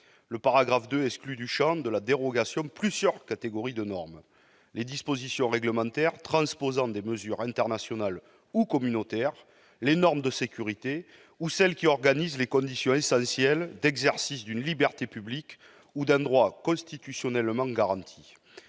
Le paragraphe II exclut du champ de la dérogation plusieurs catégories de normes : les dispositions réglementaires transposant des mesures internationales ou communautaires, les normes de sécurité ou celles qui organisent les conditions essentielles d'exercice d'une liberté publique ou d'un droit constitutionnellement garanti.